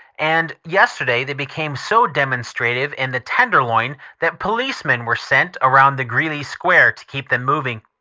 and yesterday they became so demonstrative in the tenderloin that policemen were sent around the greeley square to keep them moving.